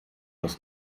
das